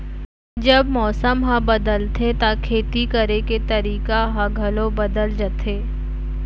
जब मौसम ह बदलथे त खेती करे के तरीका ह घलो बदल जथे?